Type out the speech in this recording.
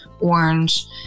orange